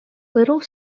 little